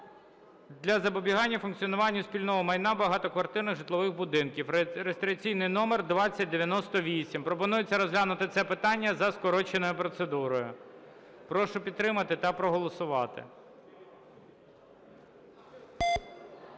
для забезпечення функціонування спільного майна багатоквартирних житлових будинків (реєстраційний номер 2098). Пропонується розглянути це питання за скороченою процедурою. Прошу підтримати та проголосувати.